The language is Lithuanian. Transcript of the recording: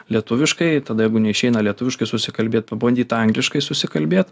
lietuviškai tada jeigu neišeina lietuviškai susikalbėt pabandyti angliškai susikalbėt